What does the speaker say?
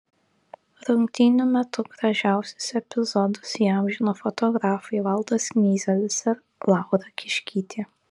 rungtynių metu gražiausius epizodus įamžino fotografai valdas knyzelis ir laura kiškytė